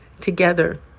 Together